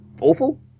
awful